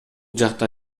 жакта